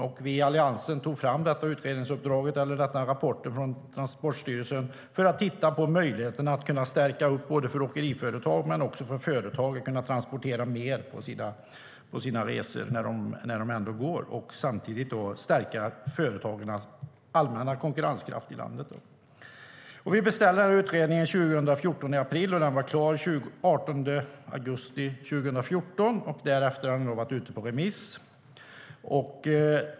Vi i Alliansen gav Transportstyrelsen ett uppdrag om utredning eller rapport om att stärka möjligheten för åkeriföretag och andra företag att transportera mer på sina resor när de ändå sker. Det skulle stärka företagens allmänna konkurrenskraft i landet. Vi beställde utredningen i april 2014, och den var klar den 18 augusti 2014. Därefter har den varit ute på remiss.